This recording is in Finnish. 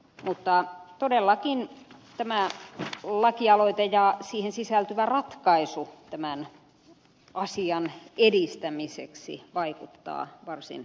mutta todellakin tämä lakialoite ja siihen sisältyvä ratkaisu tämän asian edistämiseksi vaikuttaa varsin käyttökelpoiselta